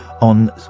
on